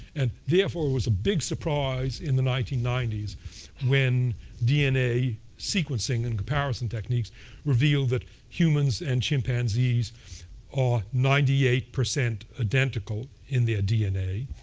and therefore, it was a big surprise in the nineteen ninety s when dna sequencing and comparison techniques revealed that humans and chimpanzees are ninety eight percent identical in their dna.